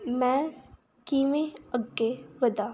ਮੈਂ ਕਿਵੇਂ ਅੱਗੇ ਵਧਾ